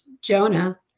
Jonah